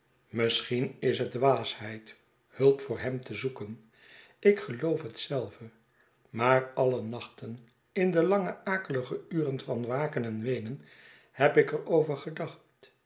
misschien is het dwaasheid hulp voor hem te zoeken ik geloof het zelve maar alle nachten in de lange akelige uren van waken en weenen heb ik er over gedacht